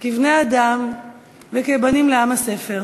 כבני-אדם וכבנים לעם הספר.